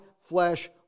flesh